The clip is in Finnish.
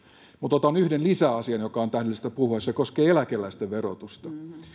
otan yhden lisäasian josta on tähdellistä puhua ja se koskee eläkeläisten verotusta